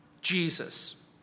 Jesus